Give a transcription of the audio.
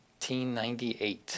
1898